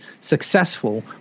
successful